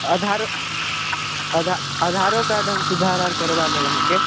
आधार आध आधारोकार्ड हम सुधार आर करबा देब अहाँके